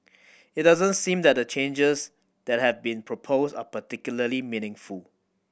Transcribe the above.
it doesn't seem that the changes that have been proposed are particularly meaningful